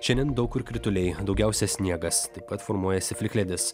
šiandien daug kur krituliai daugiausia sniegas taip pat formuojasi plikledis